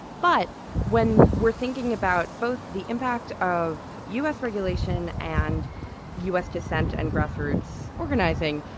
but when we're thinking about both the impact of u s. regulation and u s. dissent and grassroots organizing.